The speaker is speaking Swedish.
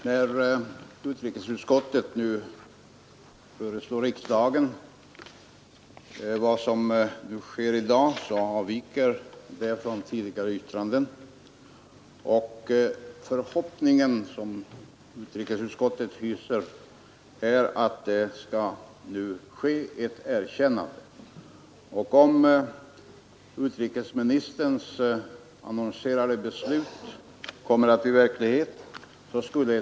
Herr talman! Vad utrikesutskottet här föreslår riksdagen avviker från tidigare års yttranden. Den förhoppning som utrikesutskottet hyser är att ett erkännande nu skall ske. Om utrikesministerns annonserade beslut blir verklighet, kommer ett erkännande att bli klart före nyår.